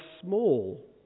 small